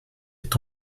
est